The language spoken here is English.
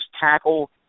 tackle